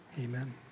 Amen